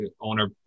owner